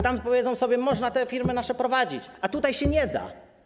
Tam, powiedzą sobie, można te nasze firmy prowadzić, a tutaj się nie da.